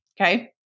Okay